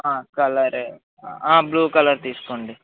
colour blue colour తీసుకోండి